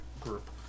group